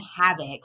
havoc